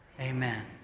Amen